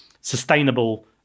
sustainable